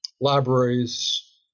libraries